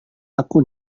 aku